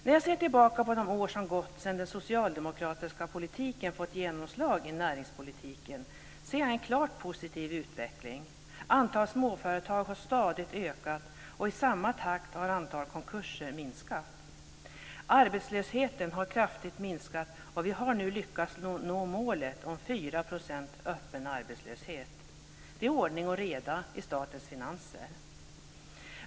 När jag ser tillbaka på de år som gått sedan den socialdemokratiska politiken fått genomslag i näringspolitiken finner jag en klart positiv utveckling. Antalet småföretag har stadigt ökat, och i samma takt har antalete konkurser minskat. Arbetslösheten har kraftigt minskat, och vi har nu lyckats nå målet 4 % öppen arbetslöshet. Det är ordning och reda i statens finanser.